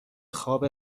خواب